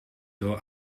door